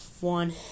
one